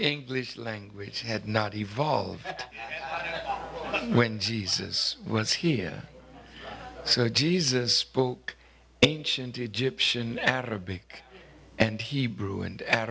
english language had not evolved when jesus was here so jesus spoke ancient egyptian arabic and hebrew and a